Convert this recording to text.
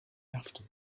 after